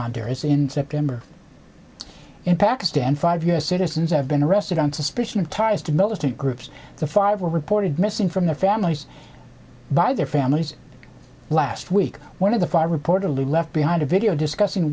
honduras in september in pakistan five u s citizens have been arrested on suspicion of ties to militant groups the five were reported missing from their families by their families last week one of the five reportedly left behind a video discussing